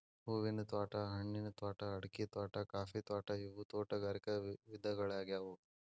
ಹೂವಿನ ತ್ವಾಟಾ, ಹಣ್ಣಿನ ತ್ವಾಟಾ, ಅಡಿಕಿ ತ್ವಾಟಾ, ಕಾಫಿ ತ್ವಾಟಾ ಇವು ತೋಟಗಾರಿಕ ವಿಧಗಳ್ಯಾಗ್ಯವು